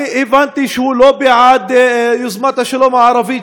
אני הבנתי שהוא לא בעד יוזמת השלום הערבית,